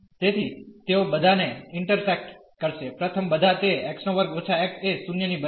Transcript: તેથી તેઓ બધાને ઇન્ટરસેક્ટ કરશે પ્રથમ બધા તે x2 − x એ 0 ની બરાબર છે